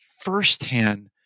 firsthand